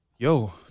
Yo